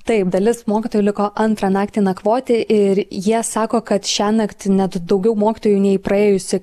taip dalis mokytojų liko antrą naktį nakvoti ir jie sako kad šiąnakt net daugiau mokytojų nei praėjusį